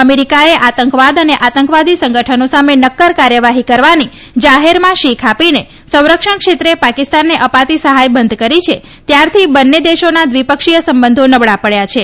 અમેરિકાએ આતંકવાદ અને આતંકવાદી સંગઠનો સામે નક્કર કાર્યવાહી કરવાની જાહેરમાં શીખ આપીને સંરક્ષણ ક્ષેત્રે પાકિસ્તાનને અપાતી સહાય બંધ કરી છે ત્યારથી બંને દેશોના દ્વિપક્ષીય સંબંધો નબળા બન્યા છે